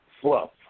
fluff